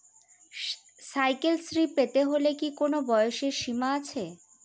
Cycle Shri পেতে হলে কি কোনো বয়সের সীমা আছে?